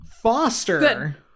foster